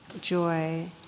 joy